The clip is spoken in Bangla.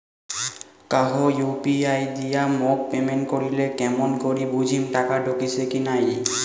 কাহো ইউ.পি.আই দিয়া মোক পেমেন্ট করিলে কেমন করি বুঝিম টাকা ঢুকিসে কি নাই?